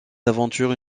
aventures